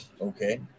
okay